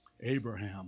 Abraham